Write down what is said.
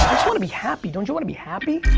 just wanna be happy. don't you wanna be happy?